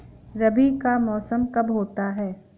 रबी का मौसम कब होता हैं?